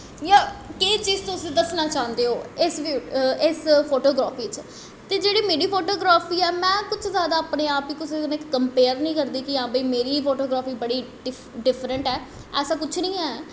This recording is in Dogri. जां केह् चीज़ तुस दस्सना चांह्दे ओ इस फोटोग्रफी च ते जेह्ड़ी मेरी फोटोग्राफी ऐ में अपने आप गी कुसै कन्नै कंपेयर नेईं करदी कि हां भाई मेरी गै फोटोग्राफी डिफ्रैंट ऐ ऐसा कुछ नेईं ऐ